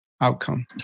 outcome